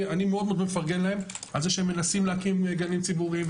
אני מאוד מפרגן להם על זה שהם מנסים להקים גנים ציבוריים,